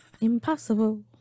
Impossible